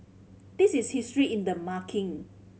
this is history in the making